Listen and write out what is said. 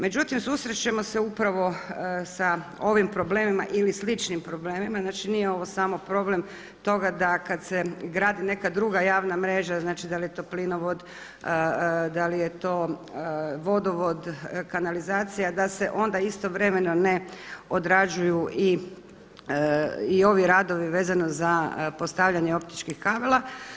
Međutim susrećemo se upravo sa ovim problemima ili sličnim problemima, znači nije ovo samo problem toga da kada se gradi neka druga javna mreža, znači da li je to plinovod, da li je to vodovod, kanalizacija, da se onda istovremeno ne odrađuju i ovi radovi vezano za postavljanje optičkih kabala.